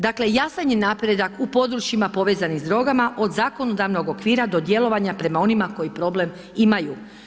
Dakle, jasan je napredak u područjima povezanih s drogama od zakonodavnog okvira do djelovanja prema onima koji problem imaju.